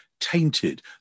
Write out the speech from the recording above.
tainted